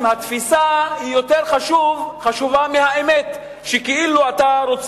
התפיסה של הדברים יותר חשובה מהאמת שלהם.